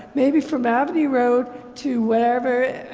maybe from avenue road to whatever,